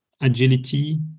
agility